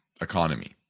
economy